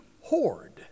hoard